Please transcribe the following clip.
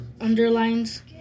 underlines